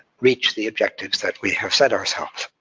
reach the objectives that we have set ourselves.